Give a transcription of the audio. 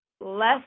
less